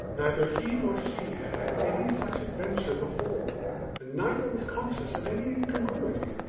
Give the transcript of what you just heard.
neither he nor she had had any such adventure before and neither was conscious of any incongruity.